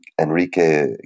enrique